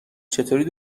چطوری